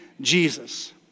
Jesus